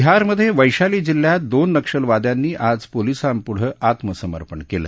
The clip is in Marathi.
बिहारमधे वशाली जिल्ह्यात दोन नक्षलवाद्यांनी आज पोलिसांपुढं आत्मसर्मपण केलं